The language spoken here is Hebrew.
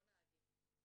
לא נהגים,